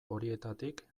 horietarik